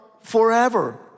forever